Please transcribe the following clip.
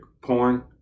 porn